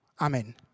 Amen